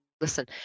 listen